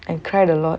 I cried a lot